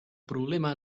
problema